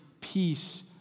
peace